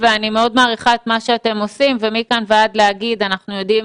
אני מאוד מעריכה את מה שאתם עושים ומכאן ועד לומר שאנחנו יודעים